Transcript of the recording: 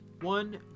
One